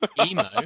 Emo